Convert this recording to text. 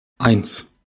eins